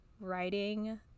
writing